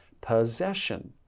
possession